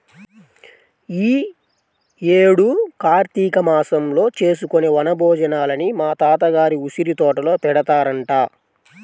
యీ యేడు కార్తీక మాసంలో చేసుకునే వన భోజనాలని మా తాత గారి ఉసిరితోటలో పెడతారంట